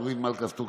אורית מלכה סטרוק,